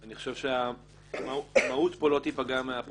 אני חושב שהמהות פה לא תיפגע מהפרוצדורה.